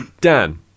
Dan